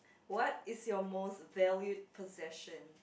what is your most valued possessions